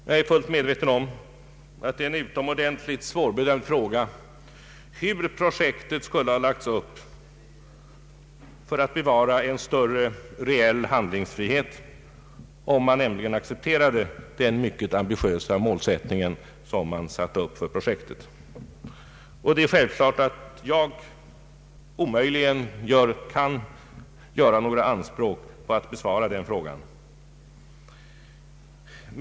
Jag är fullt medveten om att det är en utomordentligt svårbedömbar fråga hur projektet skulle ha lagts upp för att bevara en större reell handlingsfrihet, om man accepterade den mycket ambitiösa målsättning som uppsatts för projektet. Det är självklart att jag omöjligen kan besvara den frågan.